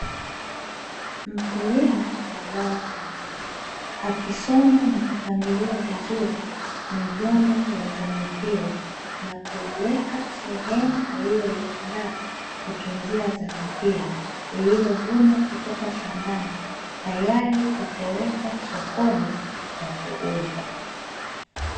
Mkulima wa zao la ndizi akisomba na kupangilia vizuri migomba ya zao hilo, na kuiweka sehemu aliyoiandaa kutunzia zao hilo lililovunwa kutoka shambani, tayari kupelekwa sokoni kwa kuuzwa.